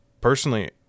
Personally